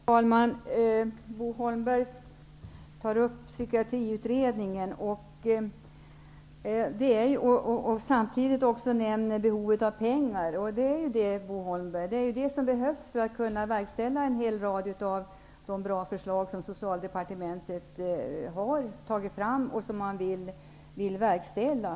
Herr talman! Bo Holmberg talar om Psykiatriutredningen och nämner samtidigt behovet av pengar. Det är ju vad som behövs för att man skall kunna verkställa en hel rad av de bra förslag som Socialdepartementet har tagit fram och vill verkställa.